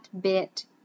bit